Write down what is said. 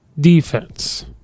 defense